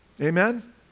Amen